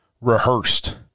rehearsed